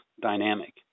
dynamic